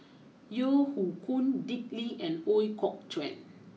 Yeo Hoe Koon Dick Lee and Ooi Kok Chuen